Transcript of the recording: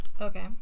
Okay